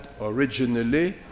originally